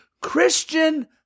Christian